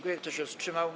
Kto się wstrzymał?